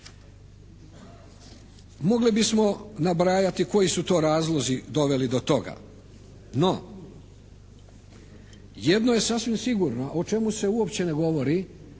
Mogli bismo nabrajati koji su to razlozi doveli do toga. No, jedno je sasvim sigurno o čemu se uopće ne govori